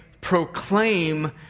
proclaim